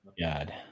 God